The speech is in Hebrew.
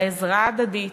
העזרה ההדדית.